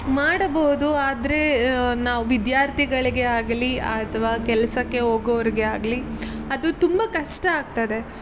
ಮಾಡಬಹುದು ಆದರೆ ನಾವು ವಿದ್ಯಾರ್ಥಿಗಳಿಗೆ ಆಗಲಿ ಅಥವಾ ಕೆಲಸಕ್ಕೆ ಹೋಗೋರಿಗೆ ಆಗಲಿ ಅದು ತುಂಬ ಕಷ್ಟ ಆಗ್ತದೆ